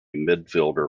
midfielder